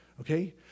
Okay